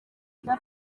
bya